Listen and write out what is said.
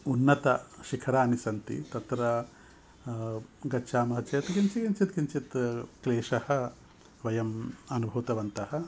उन्नतशिखराणि सन्ति तत्र गच्छामः चेत् किञ्चित् किञ्चित् किञ्चित्त् क्लेशम् वयम् अनुभूतवन्तः